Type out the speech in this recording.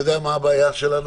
אתה יודע מה הבעיה שלנו?